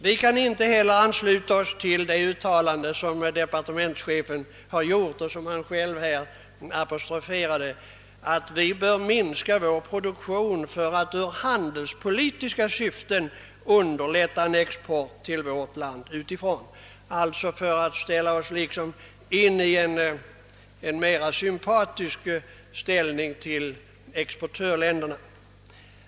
Vi kan inte heller ansluta oss till det uttalande som departementschefen har gjort och som han själv apostroferade, att vi bör minska vår produktion för att i handelspolitiska syften underlätta en import till vårt land, d.v.s. för att ställa oss i en mera sympatisk ställning till exportörländerna.